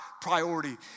priority